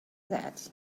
that